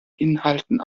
inhalten